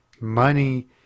Money